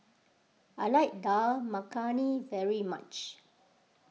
I like Dal Makhani very much